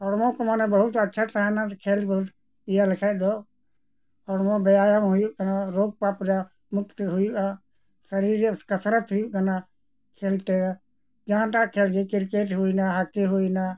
ᱦᱚᱲᱢᱚ ᱠᱚ ᱢᱟᱱᱮ ᱵᱚᱦᱩᱛ ᱟᱪᱪᱷᱟ ᱛᱟᱦᱮᱱᱟ ᱠᱷᱮᱞ ᱵᱚᱱ ᱤᱭᱟᱹ ᱞᱮᱠᱷᱟᱱ ᱫᱚ ᱦᱚᱲᱢᱚ ᱵᱮᱭᱟᱢ ᱦᱩᱭᱩᱜ ᱠᱟᱱᱟ ᱨᱳᱜᱽ ᱯᱟᱯᱨᱮ ᱢᱩᱠᱛᱮ ᱦᱩᱭᱩᱜᱼᱟ ᱥᱟᱹᱨᱤᱨ ᱨᱮᱭᱟᱜ ᱠᱟᱥᱨᱟᱛ ᱦᱩᱭᱩᱜ ᱠᱟᱱᱟ ᱠᱷᱮᱞ ᱛᱮ ᱡᱟᱦᱟᱸᱴᱟᱜ ᱠᱷᱮᱞ ᱜᱮ ᱠᱤᱨᱠᱮᱴ ᱦᱩᱭᱮᱱᱟ ᱦᱚᱠᱤ ᱦᱩᱭᱮᱱᱟ